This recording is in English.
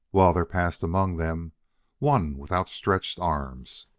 while there passed among them one with outstretched arms.